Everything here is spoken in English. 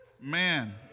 Man